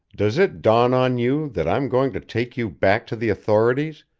does it dawn on you that i'm going to take you back to the authorities,